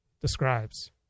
describes